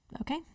Okay